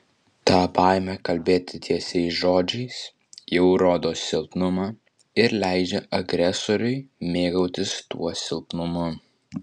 ta baimė kalbėti tiesiais žodžiais jau rodo silpnumą ir leidžia agresoriui mėgautis tuo silpnumu